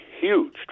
huge